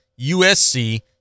USC